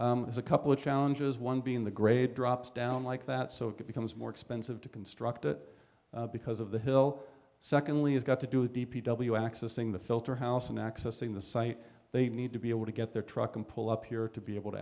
is a couple of challenges one being the great drops down like that so it becomes more expensive to construct it because of the hill secondly it's got to do with d p w accessing the filter house and accessing the site they need to be able to get their truck and pull up here to be able to